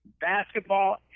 basketball